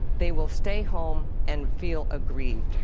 they will stay home and feel aggrieved.